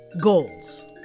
Goals